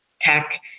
tech